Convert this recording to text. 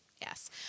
Yes